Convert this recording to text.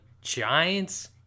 Giants